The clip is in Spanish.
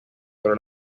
pero